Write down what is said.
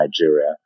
Nigeria